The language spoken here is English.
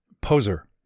poser